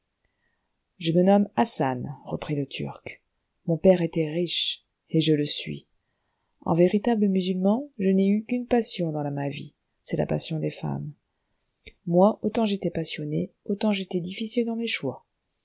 je me nomme hassan reprit le turc mon père était riche et je le suis en véritable musulman je n'ai eu qu'une passion dans ma vie c'est la passion des femmes mais autant j'étais passionné autant j'étais difficile dans mes choix